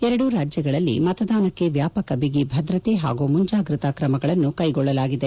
ಎರಡೂ ರಾಜ್ಯಗಳಲ್ಲಿ ಮತದಾನಕ್ಕೆ ವ್ಯಾಪಕ ಬಿಗಿ ಭದ್ರತೆ ಹಾಗೂ ಮುಂಜಾಗ್ರತಾ ಕ್ರಮಗಳನ್ನು ಕೈಗೊಳ್ಳಲಾಗಿದೆ